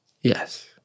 Yes